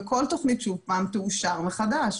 וכל תוכנית שוב פעם תאושר מחדש.